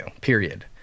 period